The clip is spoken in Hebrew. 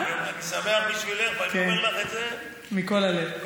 אני שמח בשבילך, ואני אומר לך את זה מכל הלב.